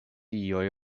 iuj